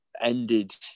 ended